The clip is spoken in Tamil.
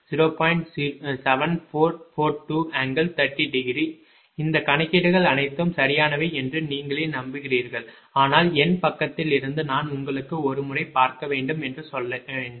085° இந்த கணக்கீடுகள் அனைத்தும் சரியானவை என்று நீங்களே நம்புகிறீர்கள் ஆனால் என் பக்கத்தில் இருந்து நான் உங்களுக்கு ஒரு முறை பார்க்க வேண்டும் என்று சொல்ல வேண்டும்